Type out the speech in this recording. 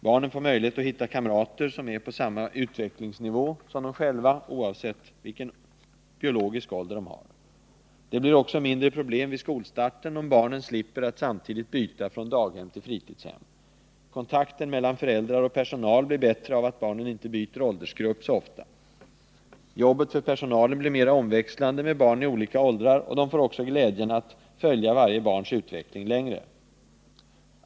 Barnen får möjlighet att hitta kamrater på samma utvecklingsnivå som de själva, oavsett deras biologiska ålder. Det blir också mindre problem vid skolstarten, om barnen slipper att samtidigt byta från daghem till fritidshem. Kontakten mellan föräldrar och personal blir bättre av att barnen inte byter åldersgrupp så ofta. Jobbet för personalen blir mer omväxlande med barn i olika åldrar, och de får glädjen att följa varje barns utveckling längre.